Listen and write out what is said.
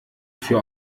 für